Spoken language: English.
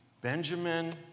Benjamin